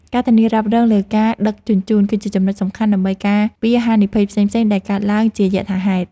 ការធានារ៉ាប់រងលើការដឹកជញ្ជូន គឺជាចំណុចសំខាន់ដើម្បីការពារហានិភ័យផ្សេងៗដែលកើតឡើងជាយថាហេតុ។